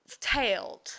tailed